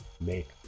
make